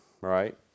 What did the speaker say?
right